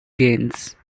gains